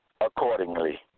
accordingly